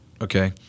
Okay